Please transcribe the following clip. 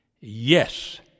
Yes